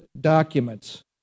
documents